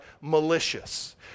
malicious